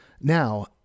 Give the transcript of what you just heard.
Now